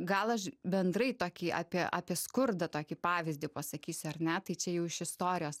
gal aš bendrai tokį apie apie skurdą tokį pavyzdį pasakysiu ar ne tai čia jau iš istorijos